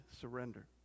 surrender